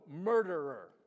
murderer